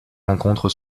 rencontre